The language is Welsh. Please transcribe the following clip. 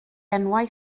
enwau